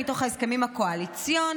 זה מתוך ההסכמים הקואליציוניים.